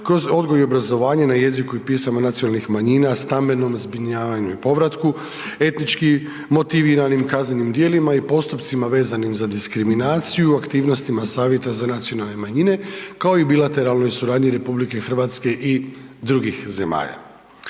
kroz odgoj i obrazovanje na jeziku i pisama nacionalnih manjina, stambenu zbrinjavanju i povratku, etnički motiviranim kaznenim djelima i postupcima vezanim za diskriminaciju, aktivnostima Savjeta za nacionalne manjine, kao i bilateralnoj suradnji RH i drugih zemalja.